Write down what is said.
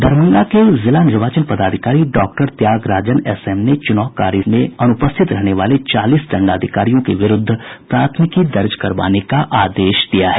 दरभंगा के जिला निर्वाचन पदाधिकारी डॉक्टर त्यागराजन एस एम ने चूनाव कार्य से अनुपस्थित रहने वाले चालीस दंडाधिकारियों के विरुद्ध प्राथमिकी दर्ज करवाने का आदेश दिया है